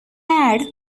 add